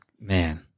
Man